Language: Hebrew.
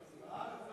בארץ,